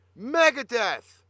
Megadeth